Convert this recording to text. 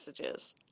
messages